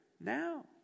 now